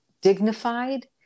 dignified